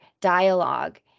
dialogue